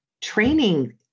training